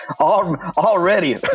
already